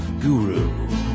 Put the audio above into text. guru